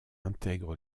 intègre